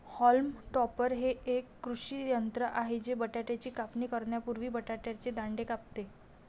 haulm topper हे एक कृषी यंत्र आहे जे बटाट्याची कापणी करण्यापूर्वी बटाट्याचे दांडे कापते